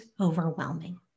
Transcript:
overwhelming